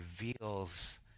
reveals